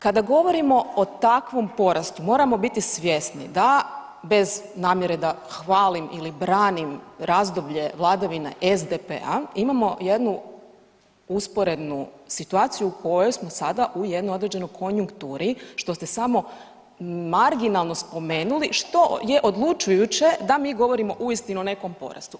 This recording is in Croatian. Kada govorimo o takvom porastu moramo biti svjesni da, bez namjere da hvalim ili branim razdoblje vladavine SDP-a, imamo jednu usporednu situaciju u kojoj smo sada u jednoj određenoj konjukturi što ste samo marginalno spomenuli što je odlučujuće da mi govorimo uistinu o nekom porastu.